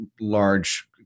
large